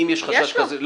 אם יש חשש כזה.